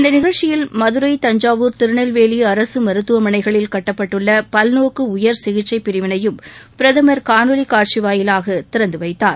இந்த நிகழ்ச்சியில் மதுரை தஞ்சாவூர் திருநெல்வேலி அரசு மருத்துவமனைகளில் கட்டப்பட்டுள்ள பல்நோக்கு உயர் சிகிச்சைப் பிரிவினையும் பிரதமர் காணொலி காட்சி வாயிலாக திறந்து வைத்தார்